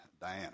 Diana